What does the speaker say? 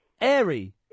Airy